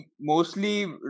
mostly